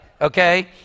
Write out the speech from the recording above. okay